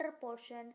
portion